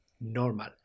normal